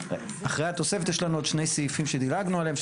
אחרי התוספת יש לנו עוד שני סעיפים שדילגנו עליהם,